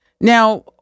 Now